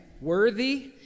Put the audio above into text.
Worthy